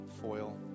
foil